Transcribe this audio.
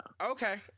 Okay